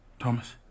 Thomas